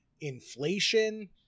inflation